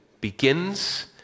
begins